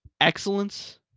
excellence